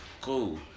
Cool